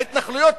ההתנחלויות,